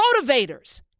motivators